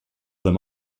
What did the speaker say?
them